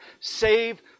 save